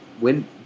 win